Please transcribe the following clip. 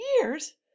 years